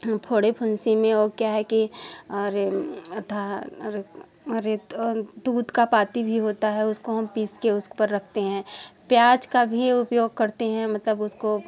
हम फोड़े फुंसी में वो क्या है कि अरे अथा अरित औ दूध का पत्ती भी होता है उसको हम पीस के उसके ऊपर रखते हैं प्याज का भी उपयोग करते हैं मतलब उसको